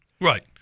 Right